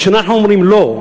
כשאנחנו אומרים לא,